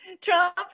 Trump